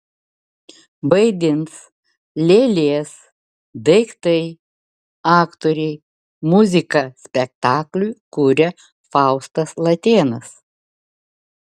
vaidins lėlės daiktai aktoriai muziką spektakliui kuria faustas latėnas